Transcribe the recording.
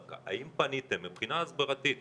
האם פניתם מבחינה הסברתית,